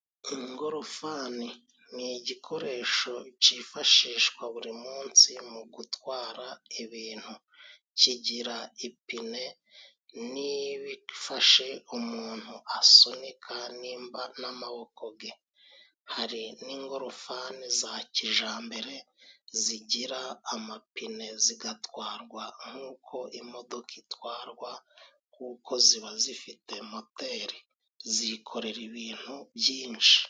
Ingorofani ni igikoresho cyifashishwa buri munsi mu gutwara ibintu, kigira ipine n'ibifashe umuntu asunika nimba n'amaboko ge, hari n'ingorofani za kijambere zigira amapine zigatwarwa nk'uko imodoka itwarwa kuko ziba zifite moteri zikorera ibintu byinshi.